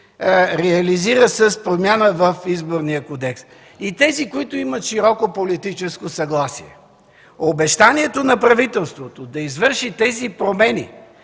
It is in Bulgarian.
реализира с промяна в Изборния кодекс, и тези, които имат широко политическо съгласие. Обещанието на правителството да извърши тези промени